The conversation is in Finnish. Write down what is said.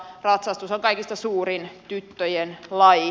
ratsastus on kaikista suurin tyttöjen laji